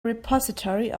repository